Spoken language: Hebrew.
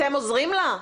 אתם עוזרים לה,